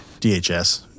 DHS